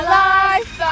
life